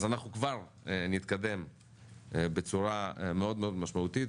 אז אנחנו כבר נתקדם בצורה מאוד מאוד משמעותית.